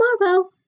tomorrow